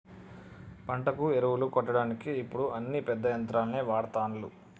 పంటకు ఎరువులు కొట్టడానికి ఇప్పుడు అన్ని పెద్ద యంత్రాలనే వాడ్తాన్లు